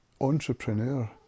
entrepreneur